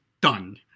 done